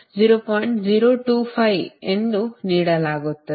025 ಎಂದು ನೀಡಲಾಗುತ್ತದೆ